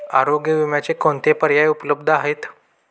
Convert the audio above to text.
आरोग्य विम्याचे कोणते पर्याय उपलब्ध आहेत?